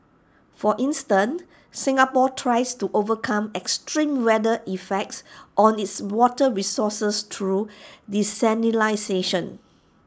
for instance Singapore tries to overcome extreme weather effects on its water resources through desalination